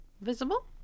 visible